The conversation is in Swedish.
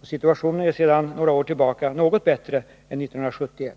och situationen är sedan några år tillbaka något bättre än 1971.